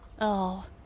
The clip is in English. Oh